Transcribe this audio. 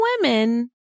women